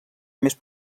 més